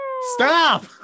Stop